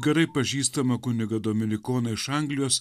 gerai pažįstamą kunigą dominikoną iš anglijos